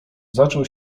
zaczął